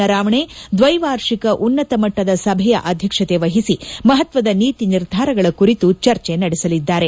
ನರಾವಣೆ ದ್ವೈವಾರ್ಷಿಕ ಉನ್ನತ ಮಟ್ಟದ ಸಭೆಯ ಅಧ್ಯಕ್ಷತೆ ವಹಿಸಿ ಮಹತ್ವದ ನೀತಿ ನಿರ್ಧಾರಗಳ ಕುರಿತು ಚರ್ಚೆ ನಡೆಸಲಿದ್ದಾರೆ